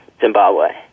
Zimbabwe